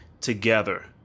together